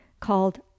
called